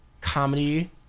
comedy